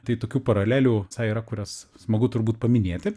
tai tokių paralelių visai yra kurias smagu turbūt paminėti